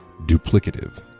duplicative